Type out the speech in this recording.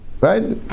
right